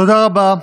תודה רבה.